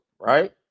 right